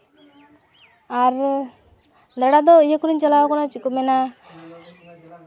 ᱟᱨ ᱫᱟᱲᱟ ᱫᱚ ᱤᱭᱟᱹ ᱠᱚᱨᱮᱧ ᱪᱟᱞᱟᱣ ᱠᱟᱱᱟ ᱪᱮᱫ ᱠᱚ ᱢᱮᱱᱟ